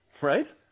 right